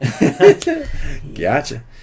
Gotcha